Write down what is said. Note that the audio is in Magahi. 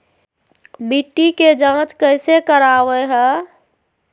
मिट्टी के जांच कैसे करावय है?